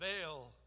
veil